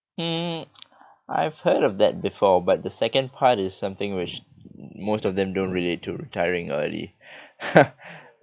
mm I've heard of that before but the second part is something which most of them don't relate to retiring early